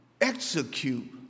execute